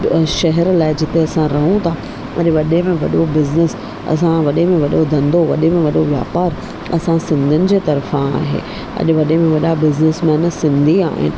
शहर लाइ जिते असां रहूं था अरे वॾे में वॾो बिज़नैस असां वॾे में वॾो धंधो वॾे में वॾो वापारु असां सिंधीयुनि जे तरफ़ा आहे अॼु वॾे में वॾा बिज़नैसमैन सिंधी आहिनि